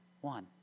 one